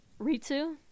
Ritsu